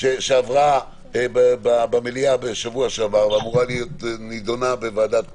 שעברה במליאה בשבוע שעבר ואמורה להיות נידונה בוועדת